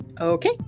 Okay